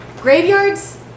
graveyards